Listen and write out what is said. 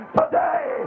today